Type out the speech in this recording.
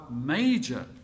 major